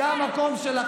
זה המקום שלך.